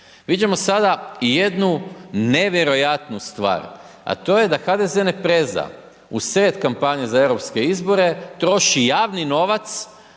Viđamo sada jednu nevjerojatnu stvar, a to je da HDZ ne preže u sred kampanje za EU izbore, troši javni novac